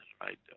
right